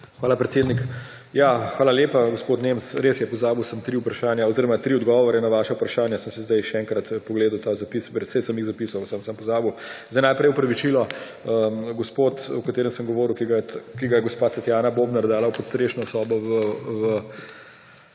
Hvala, predsednik. Hvala lepa, gospod Nemec. Res je, pozabil sem tri odgovore na vaša vprašanja. Sem si zdaj še enkrat pogledal ta zapis. Precej sem jih zapisal, samo sem pozabil. Najprej opravičilo. Gospod, o katerem sem govoril, ki ga je gospa Tatjana Bobnar dala v podstrešno sobo v